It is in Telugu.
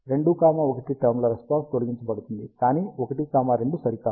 2 1 టర్మ్ ల రెస్పాన్స్ తొలగించబడుతుంది కానీ 1 2 సరికాదు